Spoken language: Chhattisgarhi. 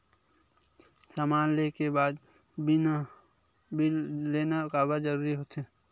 समान ले के बाद बिल लेना काबर जरूरी होथे?